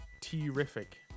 terrific